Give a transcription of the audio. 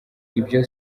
ibyo